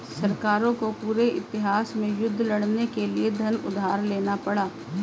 सरकारों को पूरे इतिहास में युद्ध लड़ने के लिए धन उधार लेना पड़ा है